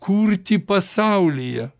kurti pasaulyje